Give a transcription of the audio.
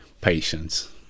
patience